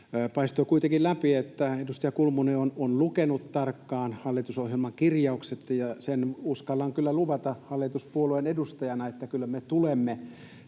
Paistoi kuitenkin läpi, että edustaja Kulmuni on lukenut tarkkaan hallitusohjelman kirjaukset, ja sen uskallan kyllä luvata hallituspuolueen edustajana, että kyllä me tulemme